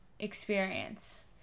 experience